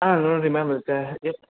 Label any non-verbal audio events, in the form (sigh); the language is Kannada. ಹಾಂ ನೋಡಿರಿ ಮ್ಯಾಮ್ (unintelligible)